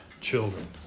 children